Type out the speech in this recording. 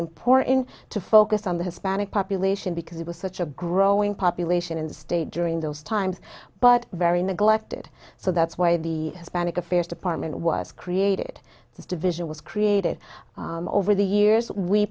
important to focus on the hispanic population because it was such a growing population in the state during those times but very neglected so that's why the hispanic affairs department was created this division was created over the years we